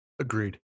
Agreed